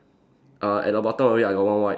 err at the bottom of it I got one white